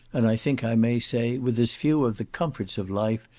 and i think i may say, with as few of the comforts of life,